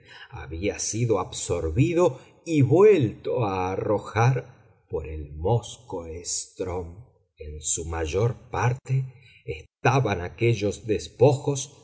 había sido absorbido y vuelto a arrojar por el móskoe strm en su mayor parte estaban aquellos despojos